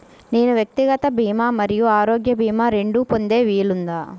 నేను వ్యక్తిగత భీమా మరియు ఆరోగ్య భీమా రెండు పొందే వీలుందా?